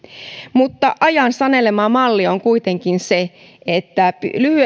mutta ajan sanelema malli on kuitenkin se että